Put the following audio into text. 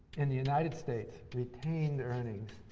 in the united states, retained earnings.